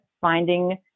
finding